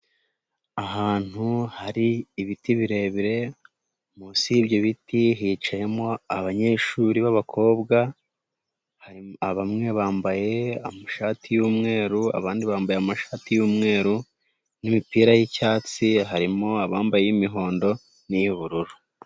Ahantu hari ibiti birebire, munsi y'ibyo biti hicayemo abanyeshuri b'abakobwa, bamwe bambaye amashati y'umweru, abandi bambaye amashati y'umweru n'imipira y'icyatsi, harimo abambaye iy'imihondo n'iy'ubururu.